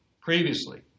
previously